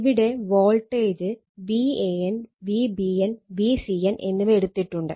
ഇവിടെ voltage Van Vbn Vcn എന്നിവ എടുത്തിട്ടുണ്ട്